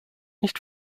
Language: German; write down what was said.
nicht